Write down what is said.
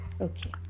Okay